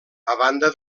banda